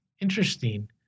interesting